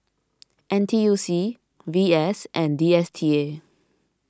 N T U C V S and D S T A